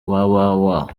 www